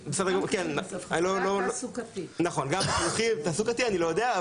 חינוכי, תעסוקתי אני לא יודע,